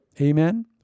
Amen